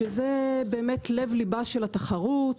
שזה באמת לב ליבה של התחרות,